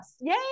Yay